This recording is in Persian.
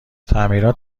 تعمیرات